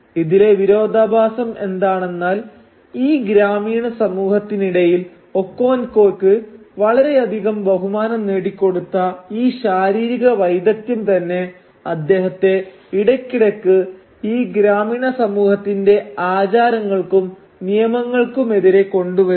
ഇതിലെ വിരോധാഭാസം എന്താണെന്നാൽ ഈ ഗ്രാമീണ സമൂഹത്തിനിടയിൽ ഒക്കോൻകോക്ക് വളരെയധികം ബഹുമാനം നേടിക്കൊടുത്ത ഈ ശാരീരിക വൈദഗ്ധ്യം തന്നെ അദ്ദേഹത്തെ ഇടയ്ക്കിടയ്ക്ക് ഈ ഗ്രാമീണ സമൂഹത്തിന്റെ ആചാരങ്ങൾക്കും നിയമങ്ങൾക്കുമെതിരെ കൊണ്ടു വരുന്നു